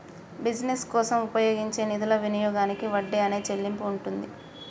business కోసం ఉపయోగించే నిధుల వినియోగానికి వడ్డీ అనే చెల్లింపు ఉంటుంది